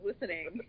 listening